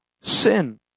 sin